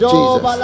Jesus